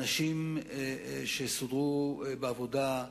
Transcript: אנשים שסודרו בעבודה,